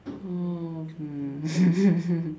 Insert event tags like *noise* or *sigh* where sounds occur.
oh hmm *laughs*